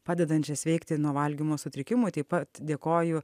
padedančią sveikti nuo valgymo sutrikimų taip pat dėkoju